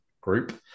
group